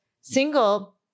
single